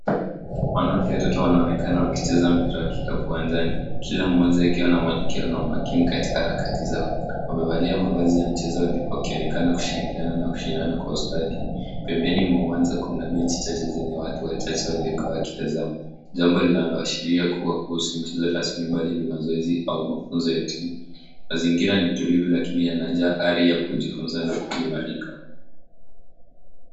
Wanaume watatu wanaonekana wakicheza mpira wa kikapu uwanjani. Kila mmoja ikiwa na mwadiliko na umakini katika harakati zao. Wamevaa mavazi ya mchezo huku wakionekana kushirikiana na kushindana kwa ustadi. Pembeni mwa uwanja kuna benchi chache zenye watu wachache waliokaa wakitazama. Jambo linaloashiria kuwa huusi mchezo rasmi bali ni mazoezi au mafunzo ya timu. Mazingira ni tulivu lakini yanajaa ari ya kujifunza na kuimarika.